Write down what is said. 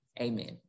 Amen